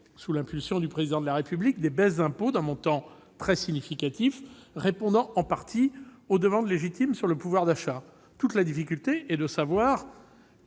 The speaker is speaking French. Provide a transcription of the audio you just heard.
sous l'impulsion du Président de la République, des baisses d'impôts d'un montant très significatif, répondant en partie aux demandes légitimes sur le pouvoir d'achat. Toute la difficulté est de savoir